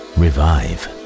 revive